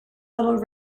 little